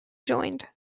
joined